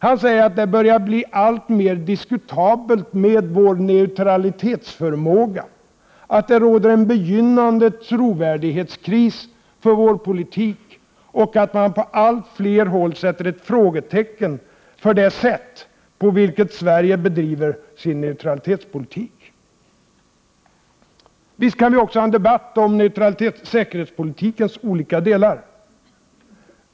Han säger att det börjar ”bli allt mer diskutabelt med vår neutralitetsförmåga”, att det råder ”en begynnande trovärdighetskris för vår politik” och att ”man på allt fler håll sätter ett frågetecken för det sätt på vilket Sverige bedriver sin neutralitetspolitik”. Visst kan vi också ha en debatt om säkerhetspolitikens olika delar.